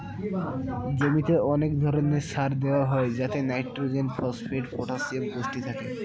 জমিতে অনেক ধরণের সার দেওয়া হয় যাতে নাইট্রোজেন, ফসফেট, পটাসিয়াম পুষ্টি থাকে